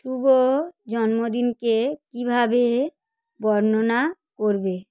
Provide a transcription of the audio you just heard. শুভ জন্মদিনকে কিভাবে বর্ণনা করবে